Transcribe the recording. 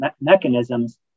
mechanisms